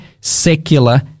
secular